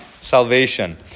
Salvation